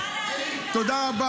ינון, תודה לעליזה.